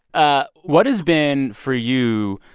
ah what has been, for you,